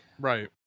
Right